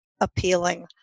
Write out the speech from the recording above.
appealing